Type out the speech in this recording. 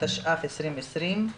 התש"ף-2020.